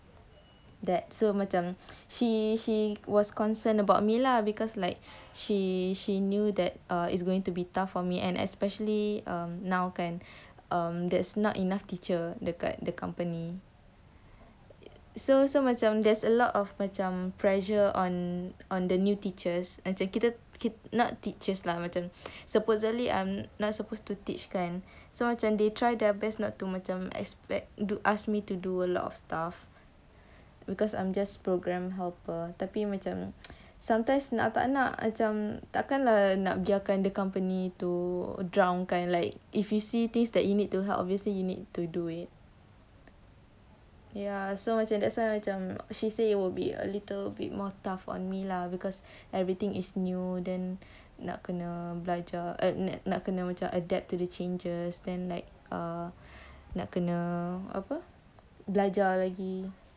that so macam she she was concerned about me lah because like she she knew that uh it's going to be tough for me and especially now kan um that's not enough teacher the card the company so so macam there's a lot of macam pressure on on the new teachers macam kita not teachers lah macam supposedly I'm not supposed to teach kan so macam they try their best not to macam expect do ask me to do a lot of stuff because I'm just program helper tapi macam sometimes nak tak nak macam takkan lah nak biarkan the company to drown kan like if you see this that you need to help obviously you need to do it ya macam that's why macam she say it will be early will be more tough on me lah because everything is new then nak kena belajar nak kena adapt to the changes then like uh nak kena apa belajar lagi